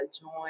join